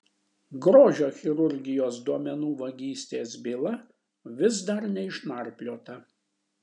grožio chirurgijos duomenų vagystės byla vis dar neišnarpliota